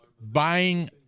buying